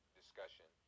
discussion